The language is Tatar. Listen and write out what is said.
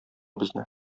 безне